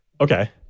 Okay